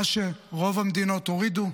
מה שרוב המדינות הורידו,